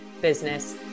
Business